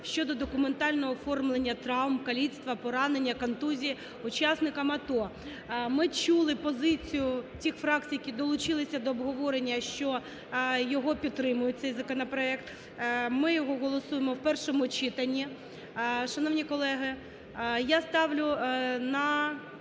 (щодо документального оформлення травм (каліцтва, поранення, контузії) учасникам АТО). Ми чули позицію тих фракцій, які долучилися до обговорення, що його підтримують цей законопроект, ми його голосуємо в першому читанні. Шановні колеги, я ставлю на